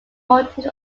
motive